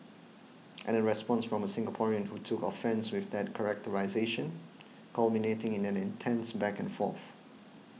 and a response from a Singaporean who took offence with that characterisation culminating in an intense back and forth